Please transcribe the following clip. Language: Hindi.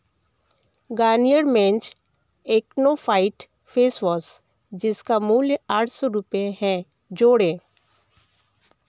Garnier men's acno fight face wash जिसका मूल्य आठ रूपये है जोड़ें